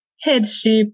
headship